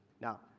Now